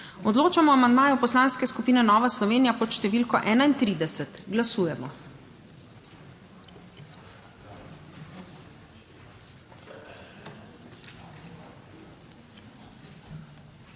Odločamo o amandmaju Poslanske skupine Nova Slovenija pod številko 30. Glasujemo.